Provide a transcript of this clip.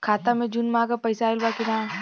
खाता मे जून माह क पैसा आईल बा की ना?